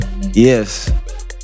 Yes